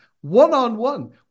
one-on-one